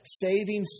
saving